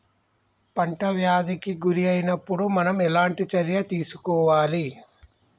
పంట వ్యాధి కి గురి అయినపుడు మనం ఎలాంటి చర్య తీసుకోవాలి?